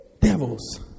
Devils